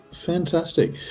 Fantastic